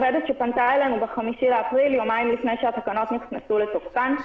ב-5 באפריל, יומיים לפני שהתקנות נכנסו לתוקפן.